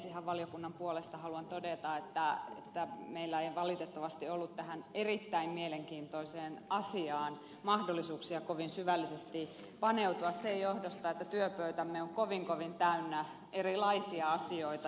ihan valiokunnan puolesta haluan todeta että meillä ei valitettavasti ollut tähän erittäin mielenkiintoiseen asiaan mahdollisuuksia kovin syvällisesti paneutua sen johdosta että työpöytämme on kovin kovin täynnä erilaisia asioita